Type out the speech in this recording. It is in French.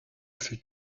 fut